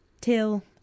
till